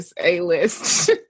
A-list